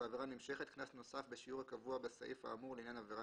ובעבירה נמשכת - קנס נוסף בשיעור הקבוע בסעיף האמור לעניין עבירה